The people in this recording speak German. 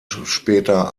später